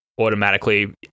automatically